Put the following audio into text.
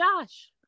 Josh